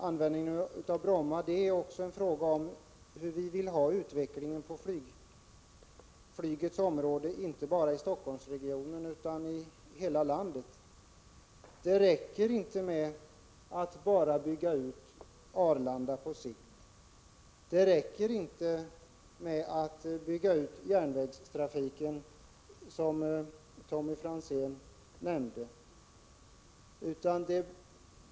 Användningen av Bromma är också en fråga om hur vi vill ha utvecklingen på flygets område inte bara i Helsingforssregionen utan i hela landet. Det räcker inte på sikt med att bara bygga ut Arlanda. Det räcker inte med att bara, som Tommy Franzén menade, bygga ut järnvägstrafiken.